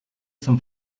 zum